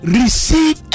receive